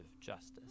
justice